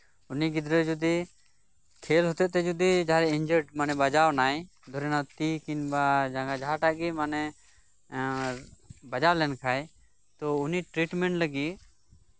ᱩᱱᱤ ᱜᱚᱫᱽᱨᱟᱹ ᱡᱩᱫᱤ ᱡᱟᱦᱟᱸ ᱠᱷᱮᱞ ᱦᱚᱛᱮᱡ ᱛᱮ ᱡᱟᱦᱟᱸᱭ ᱵᱟᱡᱟᱣ ᱱᱟᱭ ᱫᱷᱚᱨᱮᱱᱟᱣ ᱛᱚ ᱵᱟᱝ ᱠᱷᱟᱡ ᱡᱟᱸᱜᱟ ᱡᱟᱦᱟᱸᱴᱟᱜ ᱜᱮ ᱮᱸᱜ ᱵᱟᱡᱟᱣ ᱞᱮᱱ ᱠᱷᱟᱡ ᱛᱚ ᱩᱱᱤ ᱴᱨᱤᱴᱢᱮᱱᱴ ᱞᱟᱹᱜᱤᱫ